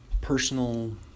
personal